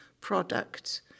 product